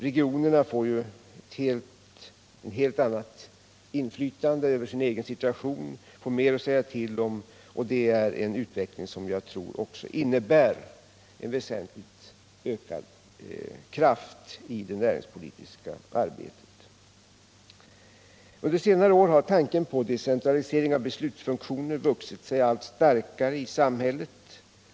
Regionerna får ett helt annat inflytande över sin egen situation, får mer att säga till om, och det är en utveckling som jag tror innebär väsentligt ökad kraft i det näringspolitiska arbetet. Under senare år har tanken på decentralisering av beslutsfunktionerna vuxit sig allt starkare i samhället.